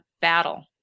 battle